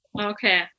Okay